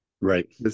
Right